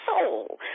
soul